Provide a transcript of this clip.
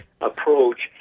approach